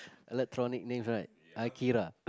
electronic name right Akira